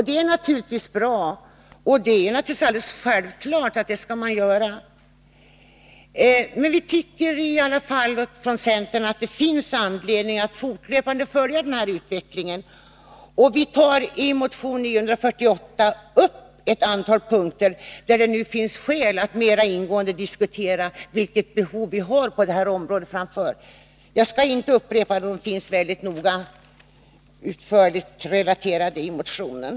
Det är naturligtvis bra, och det är naturligtvis alldeles självklart att det skall man göra. Men vi tycker i alla fall inom centern att det finns anledning att fortlöpande följa den här utvecklingen. Vi tar i motion 948 upp ett antal punkter, där det nu finns skäl att mera ingående diskutera vilket behov vi har på det här området. Jag skall inte upprepa detta, eftersom punkterna är utförligt relaterade i motionen.